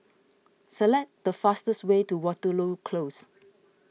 select the fastest way to Waterloo Close